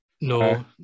No